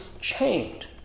chained